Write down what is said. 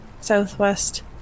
southwest